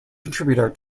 contributor